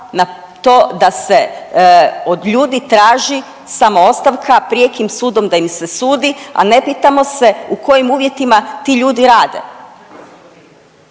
na to da se od ljudi traži samoostavka, prijekim sudom da im se sudi, a ne pitamo se u kojim uvjetima ti ljudi rade.